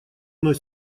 мной